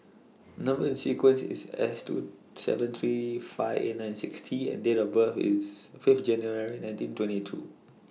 Number sequence IS S two seven three five eight nine six T and Date of birth IS Fifth January nineteen twenty two